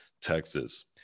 Texas